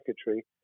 secretary